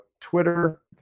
Twitter